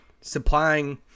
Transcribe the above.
supplying